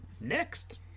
next